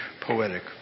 poetic